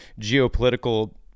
geopolitical